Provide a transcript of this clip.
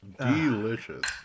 Delicious